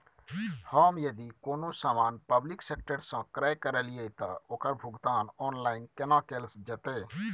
हम यदि कोनो सामान पब्लिक सेक्टर सं क्रय करलिए त ओकर भुगतान ऑनलाइन केना कैल जेतै?